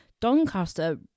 Doncaster